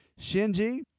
Shinji